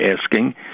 asking